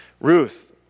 Ruth